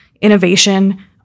innovation